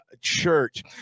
Church